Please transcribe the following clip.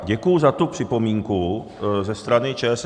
Děkuji za tu připomínku ze strany ČSSD.